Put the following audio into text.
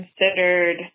considered